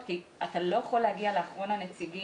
כי אתה לא יכול להגיע לאחרון הנציגים